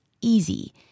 easy